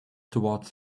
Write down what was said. towards